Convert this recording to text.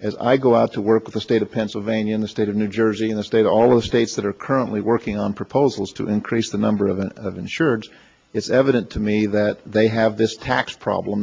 as i go out to work with the state of pennsylvania in the state of new jersey in the state all of the states that are currently working on proposals to increase the number of of insured it's evident to me that they have this tax problem